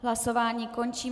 Hlasování končím.